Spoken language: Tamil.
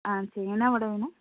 ஆ சரி என்ன வடை வேணும்